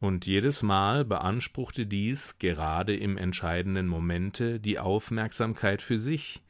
und jedesmal beanspruchte dies gerade im entscheidenden momente die aufmerksamkeit für sich